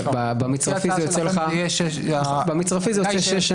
במצרפי זה יוצא שש שנים.